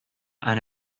and